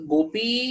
Gopi